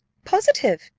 positive!